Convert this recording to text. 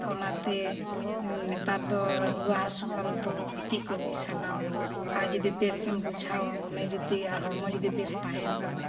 ᱛᱚ ᱚᱱᱟᱛᱮ ᱱᱮᱛᱟᱨ ᱫᱚ ᱨᱩᱣᱟᱹ ᱦᱟᱥᱩᱜ ᱟᱢ ᱛᱚ ᱜᱤᱛᱤᱡ ᱠᱚᱜ ᱜᱮ ᱥᱟᱱᱟᱣᱟ ᱟᱨ ᱡᱩᱫᱤ ᱵᱮᱥᱮᱢ ᱵᱩᱡᱷᱟᱹᱣᱟ ᱢᱚᱱᱮ ᱡᱩᱫᱤ ᱟᱨ ᱦᱚᱲᱢᱚ ᱡᱩᱫᱤ ᱵᱮᱥ ᱛᱟᱦᱮᱱ ᱛᱟᱢᱟ